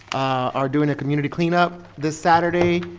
are doing a community cleanup this saturday,